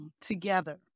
together